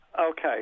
Okay